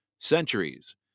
Centuries